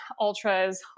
ultras